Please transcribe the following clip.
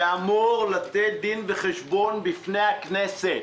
ואמור לתת דין וחשבון בפני הכנסת,